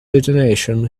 detonation